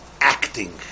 Acting